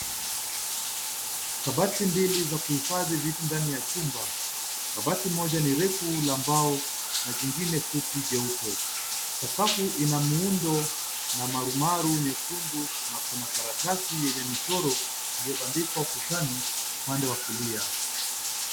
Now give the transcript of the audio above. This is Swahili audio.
Kabati mbili za kuhifadhi vitu ndani ya chumba. Kabati moja ni refu la mbao na jingine fupi jeupe. Sakafu ina muundo na marumaru nyekundu na kuna karatasi yenye michoro iliyobandikwa ukutani upande wa kulia.